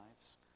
lives